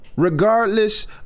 regardless